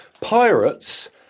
pirates